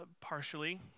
Partially